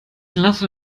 lasse